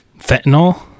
fentanyl